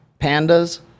pandas